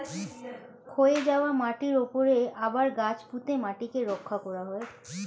ক্ষয়ে যাওয়া মাটির উপরে আবার গাছ পুঁতে মাটিকে রক্ষা করা যায়